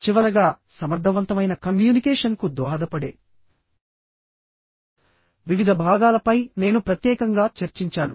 చివరగాసమర్థవంతమైన కమ్యూనికేషన్కు దోహదపడే వివిధ భాగాల పై నేను ప్రత్యేకంగా చర్చించాను